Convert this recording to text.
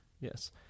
yes